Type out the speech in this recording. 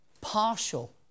partial